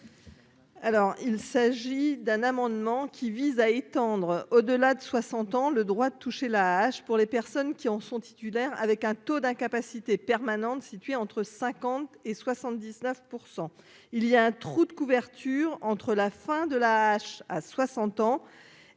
Alors il s'agit d'un amendement qui vise à étendre au-delà de 60 ans, le droit de toucher la hache pour les personnes qui en sont titulaires avec un taux d'incapacité permanente située entre 50 et 79 % il y a un trou de couverture entre la fin de la âge à 60 ans et le potentiel